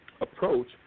approach